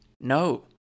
No